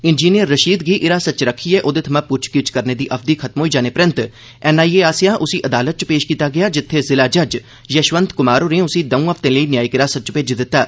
engineer Rashid गी हिरासत च रक्खियै ओह्दे थमां पुच्छगिच्छ करने दी अवधि खत्म होई जाने परैन्त एन आई ए आसेआ उसी अदालत च पेश कीता गेआ जित्थें जिला जज यशवंत कुमार होरें उसी दौ हफ्तें लेई न्यायिक हिरासत च भेजी दित्ता